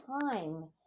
time